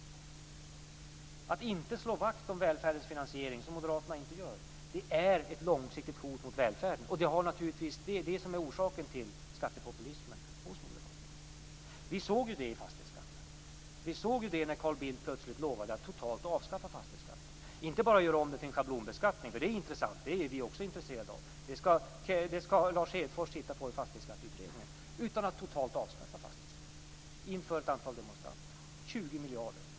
Moderaterna slår inte vakt om välfärdens finansiering. Det är ett långsiktigt hot mot välfärden. Det är det som är orsaken till skattepopulismen hos Moderaterna. Vi såg ju det när Carl Bildt plötsligt lovade att totalt avskaffa fastighetsskatten. Det handlade inte bara om att göra om den till en schablonbeskattning. Det är vi också intresserade av. Det skall Lars Hedfors titta på i Fastighetsskatteutredningen. Carl Bildt lovade att totalt avskaffa fastighetsskatten inför ett antal demonstranter. Det handlar om 20 miljarder.